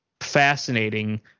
fascinating